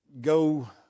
go